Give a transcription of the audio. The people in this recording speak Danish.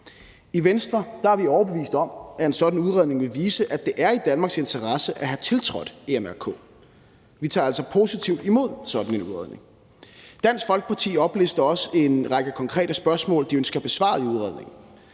I Venstre er vi overbevist om, at en sådan udredning vil vise, at det er i Danmarks interesse at have tiltrådt EMRK. Vi tager altså positivt imod sådan en udredning. Dansk Folkeparti oplister også en række konkrete spørgsmål, de ønsker besvaret i udredningen,